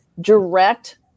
direct